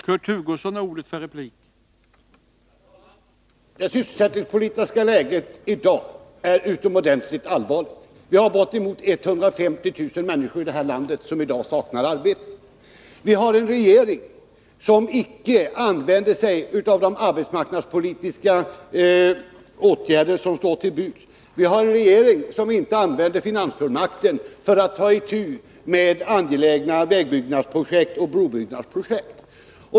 Herr talman! Det sysselsättningspolitiska läget i dag är utomordentligt allvarligt. Bortemot 150 000 människor i vårt land saknar f. n. arbete. Vi har en regering som icke använder de arbetsmarknadspolitiska åtgärder vilka står till buds och som icke utnyttjar finansfullmakten för att ta itu med angelägna vägbyggnadsoch brobyggnadsprojekt.